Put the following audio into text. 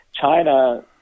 China